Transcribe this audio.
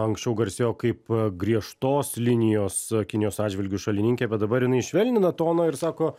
anksčiau garsėjo kaip griežtos linijos kinijos atžvilgiu šalininkė bet dabar ji švelnina toną ir sako